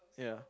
yeah